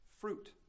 fruit